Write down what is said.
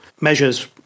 measures